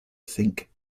think